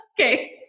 Okay